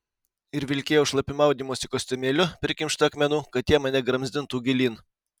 ir vilkėjau šlapiu maudymosi kostiumėliu prikimštu akmenų kad tie mane gramzdintų gilyn